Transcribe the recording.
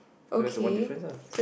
so that's the one difference ah